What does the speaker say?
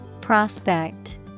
Prospect